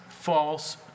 false